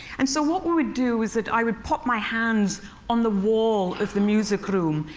and so what we would do is that i would put my hands on the wall of the music room,